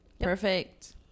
Perfect